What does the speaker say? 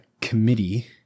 committee